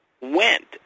went